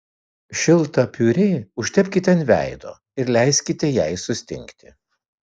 šiltą piurė užtepkite ant veido ir leiskite jai sustingti